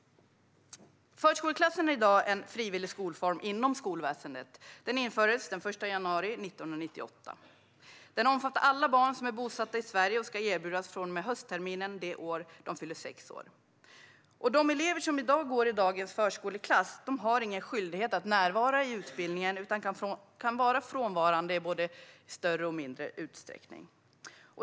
Förskoleklassen är i dag en frivillig skolform inom skolväsendet och infördes den 1 januari 1998. Den omfattar alla barn som är bosatta i Sverige och ska erbjudas från och med höstterminen det år de fyller sex år. De elever som går i dagens förskoleklass har ingen skyldighet att närvara i utbildningen utan kan vara frånvarande i större eller mindre utsträckning.